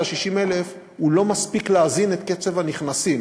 ה-60,000 לא מספיק להזין את קצב הנכנסים.